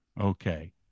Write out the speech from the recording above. Okay